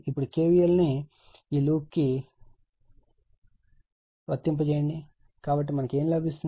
ఇప్పుడు KVL ను ఈ లూప్విలయానికి కు వర్తింప చేయండి కాబట్టి మనకు ఏమి లభిస్తుంది